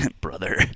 brother